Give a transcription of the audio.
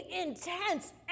intense